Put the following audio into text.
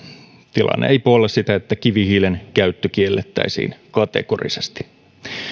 tilanne ei puolla sitä että kivihiilen käyttö kiellettäisiin kategorisesti